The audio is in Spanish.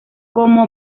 como